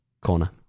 corner